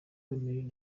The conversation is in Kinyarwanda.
marry